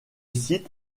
site